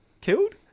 killed